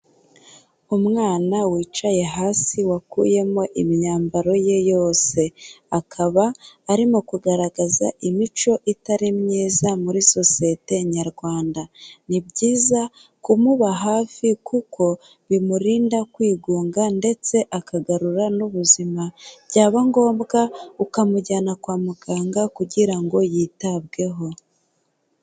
Umwana wicaye hasi wakuyemo imyambaro ye yose, akaba arimo kugaragaza imico itari myiza muri sosiyete nyarwanda, ni byiza kumuba hafi kuko bimurinda kwigunga ndetse akagarura n'ubuzima, byaba ngombwa ukamujyana kwa muganga kugira ngo yitabweho.